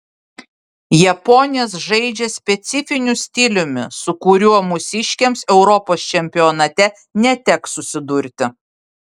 japonės žaidžia specifiniu stiliumi su kuriuo mūsiškėms europos čempionate neteks susidurti